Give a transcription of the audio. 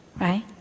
right